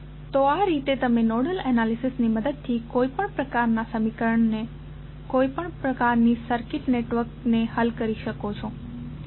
તો આ રીતે તમે નોડલ એનાલિસિસની મદદથી કોઈપણ પ્રકારનાં સમીકરણ કોઈપણ પ્રકારનાં સર્કિટ નેટવર્કને હલ કરી શકો છો